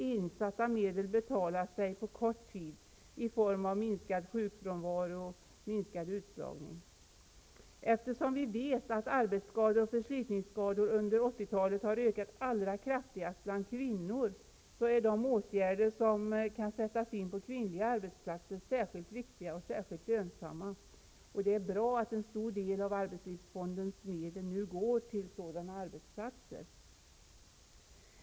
Insatta medel betalar sig på kort tid i form av minskad sjukfrånvaro och minskad utslagning. Eftersom vi vet att arbetsskador och förslitningsskador under 80-talet har ökat allra kraftigast bland kvinnor, är de åtgärder som kan sättas in på kvinnliga arbetsplatser särskilt viktiga och lönsamma. Det är bra att en stor del av arbetslivsfondens medel nu går till sådana arbetsplatser.